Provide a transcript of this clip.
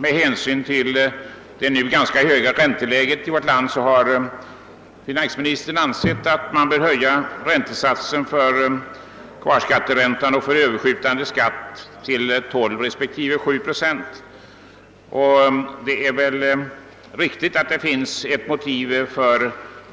Med hänsyn till det nuvarande ganska höga ränteläget i vårt land har finansministern ansett att räntesatsen för kvarskatt och för överskjutande skatt bör höjas till 12 resp. 7 procent. Det finns väl motiv för